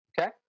Okay